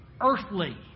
earthly